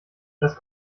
das